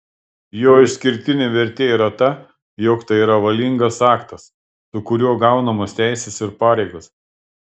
jo išskirtinė vertė yra ta jog tai yra valingas aktas su kuriuo gaunamos teisės ir pareigos